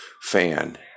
Fan